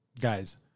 Guys